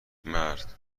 مرد